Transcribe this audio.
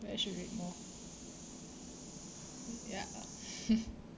ya I should read more ya